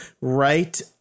right